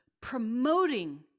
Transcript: promoting